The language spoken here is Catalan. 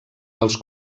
dels